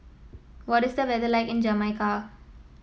what is the weather like in Jamaica